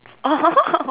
oh